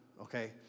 okay